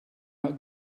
not